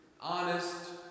honest